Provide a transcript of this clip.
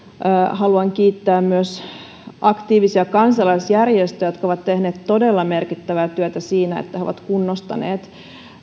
haluan kiittää myös aktiivisia kansalaisjärjestöjä jotka ovat tehneet todella merkittävää työtä siinä että he ovat kunnostaneet